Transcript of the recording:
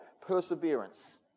perseverance